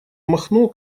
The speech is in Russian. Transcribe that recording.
махно